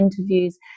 interviews